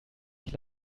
ich